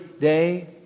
day